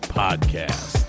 podcast